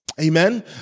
amen